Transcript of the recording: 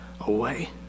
away